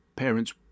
parents